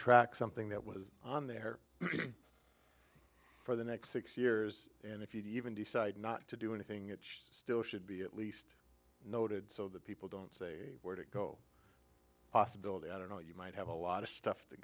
track something that was on there for the next six years and if you even decide not to do anything it still should be at least noted so that people don't say where to go possibility i don't know you might have a lot of stuff t